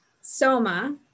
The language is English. Soma